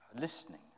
listening